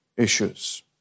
issues